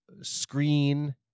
screen